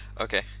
Okay